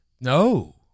No